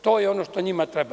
To je ono što njima treba.